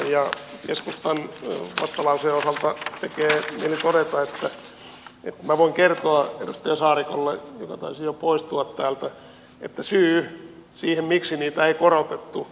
keskustan vastalauseen osalta tekee mieli korjata että minä voin kertoa edustaja saarikolle joka taisi jo poistua täältä syyn siihen miksi niitä ei korotettu